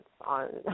on